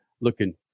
looking